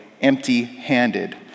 empty-handed